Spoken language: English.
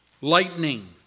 lightning